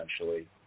essentially